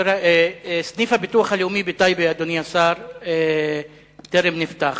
סניף הביטוח הלאומי בטייבה, אדוני השר, טרם נפתח.